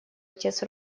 отец